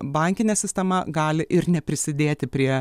bankinė sistema gali ir neprisidėti prie